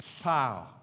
pow